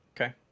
Okay